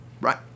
Right